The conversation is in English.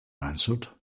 answered